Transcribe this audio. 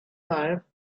life